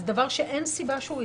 זה דבר שאין סיבה שהוא יתקיים.